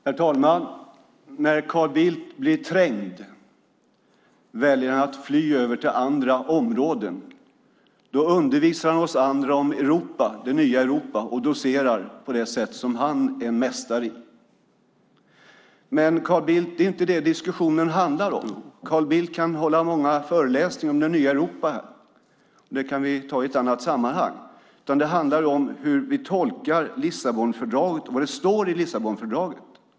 Herr talman! När Carl Bildt blir trängd väljer han att fly över till andra områden. Då undervisar han oss andra om det nya Europa och docerar på det sätt han är mästare i. Men, Carl Bildt, det är inte det diskussionen handlar om. Carl Bildt kan hålla många föreläsningar om det nya Europa, men det kan vi ta i ett annat sammanhang. Det handlar i stället om hur vi tolkar Lissabonfördraget och vad det står i Lissabonfördraget.